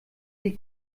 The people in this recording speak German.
die